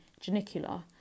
Janicula